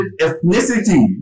ethnicity